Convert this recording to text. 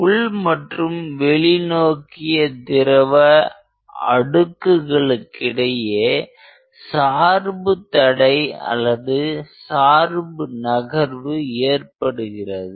உள் மற்றும் வெளி நோக்கிய திரவ அடுக்கு களுக்கிடையே சார்பு தடை அல்லது சார்பு நகர்வு ஏற்படுகிறது